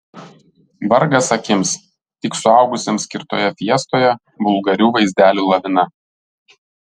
vargas akims tik suaugusiems skirtoje fiestoje vulgarių vaizdelių lavina